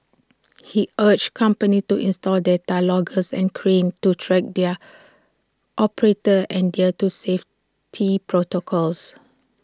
he urged companies to install data loggers and cranes to track their operators adhere to safety protocols